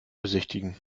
besichtigen